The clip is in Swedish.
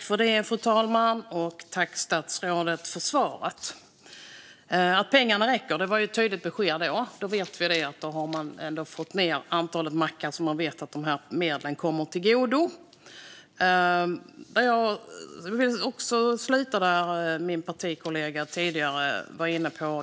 Fru talman! Tack, statsrådet, för svaret! Att pengarna räcker var ett tydligt besked. Då vet vi att man har fått ned antalet mackar som man vet att medlen kommer till godo. Jag vill också ta upp det min partikollega tidigare var inne på.